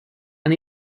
han